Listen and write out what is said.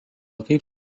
kaip